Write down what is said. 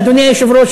אדוני היושב-ראש,